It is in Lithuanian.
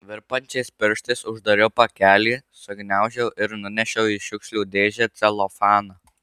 virpančiais pirštais uždariau pakelį sugniaužiau ir nunešiau į šiukšlių dėžę celofaną